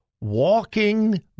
walking